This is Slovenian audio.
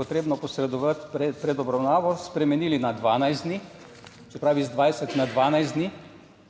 potrebno posredovati pred obravnavo, spremenili na 12 dni, se pravi z 20 na 12 dni.